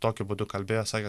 tokiu būdu kalbėjo sakė